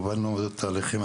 הובלנו תהליכים,